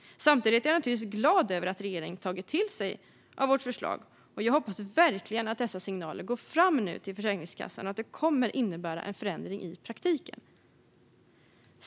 Samtidigt är jag naturligtvis glad över att regeringen tagit till sig av vårt förslag. Jag hoppas verkligen att dessa signaler går fram till Försäkringskassan och att det kommer att innebära en förändring i praktiken.